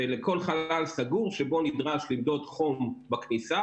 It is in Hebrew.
שלכל חלל סגור שבו נדרש למדוד חום בכניסה,